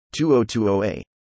2020A